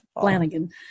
Flanagan